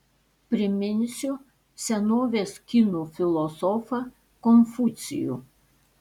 priminsiu senovės kinų filosofą konfucijų